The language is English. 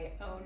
own